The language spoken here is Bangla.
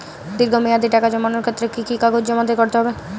দীর্ঘ মেয়াদি টাকা জমানোর ক্ষেত্রে কি কি কাগজ জমা করতে হবে?